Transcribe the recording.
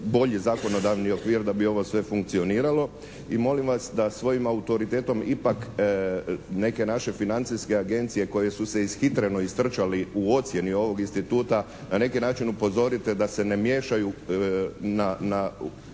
bolji zakonodavni okvir da bi ovo sve funkcioniralo i molim vas da svojim autoritetom ipak neke naše financijske agencije koje su se ishitreno istrčali u ocjeni ovog instituta na neki način upozorite da se ne miješaju u